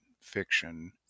fiction